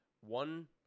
One